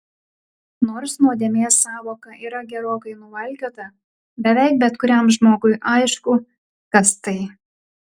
nors nuodėmės sąvoka yra gerokai nuvalkiota beveik bet kuriam žmogui aišku kas tai